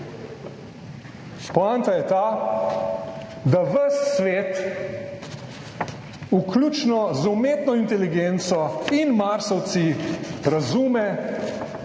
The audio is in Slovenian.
Poanta je ta, da ves svet, vključno z umetno inteligenco in marsovci, razume,